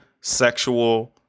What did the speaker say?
sexual